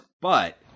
but-